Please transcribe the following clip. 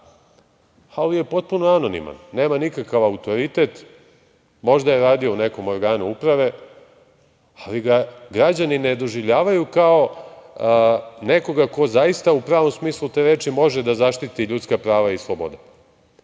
ali je potpuno anoniman, nema nikakav autoritet, možda je radio unekom organu uprave, ali ga građani ne doživljavaju kao nekoga ko zaista u pravom smislu te reči može da zaštiti ljudska prava i slobode. Tako